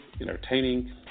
entertaining